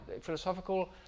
philosophical